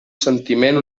sentiment